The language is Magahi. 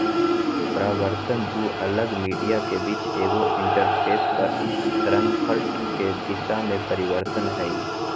परावर्तन दू अलग मीडिया के बीच एगो इंटरफेस पर तरंगफ्रंट के दिशा में परिवर्तन हइ